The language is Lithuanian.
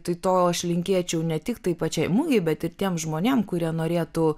tai to aš linkėčiau ne tiktai pačiai mugei bet ir tiem žmonėm kurie norėtų